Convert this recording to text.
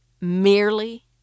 merely